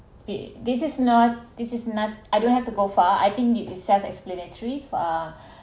pay this is not this is not I don't have to go far I think it is self explanatory for uh